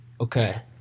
Okay